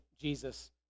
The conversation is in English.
Jesus